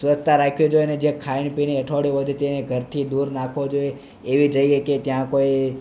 સ્વચ્છતા રાખવી જોઈએ અને જે ખાઈને પીને એંઠવાડ વધે તેને ઘરથી દૂર નાખવો જોઈએ એવી કોઈ યોગ્ય જગ્યા જ્યાં કોઈ